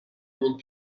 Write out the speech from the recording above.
موند